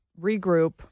Regroup